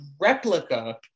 replica